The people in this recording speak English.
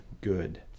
good